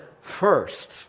first